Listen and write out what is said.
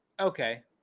okay